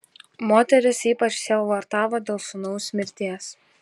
moteris ypač sielvartavo dėl sūnaus mirties